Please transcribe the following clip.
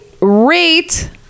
rate